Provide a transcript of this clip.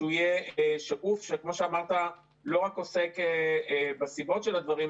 שהוא יהיה שקוף שכמו שאמרת לא רק עוסק בסיבות של הדברים,